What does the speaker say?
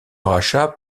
rachat